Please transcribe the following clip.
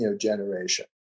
generation